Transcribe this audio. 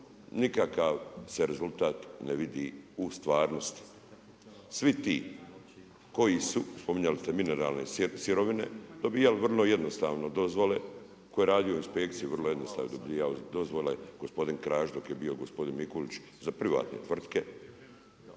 nikakav se rezultat ne vidi u stvarnosti. Svi ti koji su, spominjali ste mineralne sirovine dobijali vrlo jednostavno dozvole. Tko je radio inspekciju vrlo jednostavno je dobijao dozvole. Gospodin Krašić dok je bio, gospodin Mikulić za privatne tvrtke.